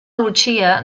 lucia